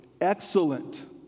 Excellent